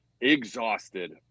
exhausted